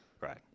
Right